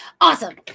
Awesome